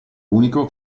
unico